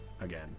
again